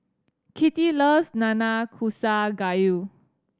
Kitty loves Nanakusa Gayu